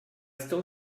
still